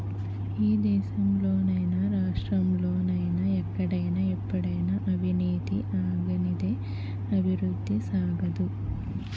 ఈ దేశంలో నైనా రాష్ట్రంలో నైనా ఎక్కడైనా ఎప్పుడైనా అవినీతి ఆగనిదే అభివృద్ధి సాగదు